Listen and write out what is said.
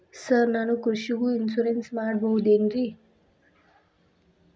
Sir ನಾನು ಕೃಷಿಗೂ insurance ಮಾಡಸಬಹುದೇನ್ರಿ?